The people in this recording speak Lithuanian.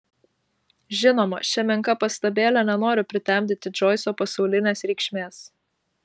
žinoma šia menka pastabėle nenoriu pritemdyti džoiso pasaulinės reikšmės